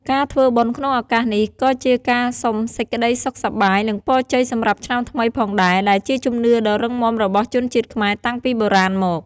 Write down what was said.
ការធ្វើបុណ្យក្នុងឱកាសនេះ ក៏ជាការសុំសេចក្តីសុខសប្បាយ និងពរជ័យសម្រាប់ឆ្នាំថ្មីផងដែរ ដែលជាជំនឿដ៏រឹងមាំរបស់ជនជាតិខ្មែរតាំងពីបុរាណមក។